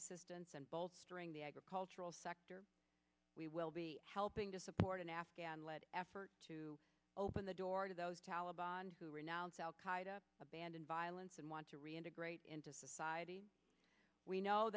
assistance and bolstering the agricultural sector we will be helping to support an afghan led effort to open the door to those taliban who renounce al qaeda abandon violence and want to reintegrate into society we know